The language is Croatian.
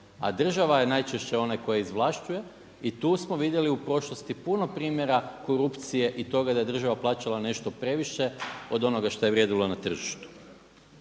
a država je onaj koji izvlašćuje. I tu smo vidjeli u prošlosti puno primjera korupcije i toga da je država plaćala previše od onoga što je vrijedilo na tržištu.